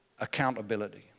accountability